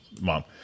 Mom